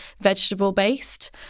vegetable-based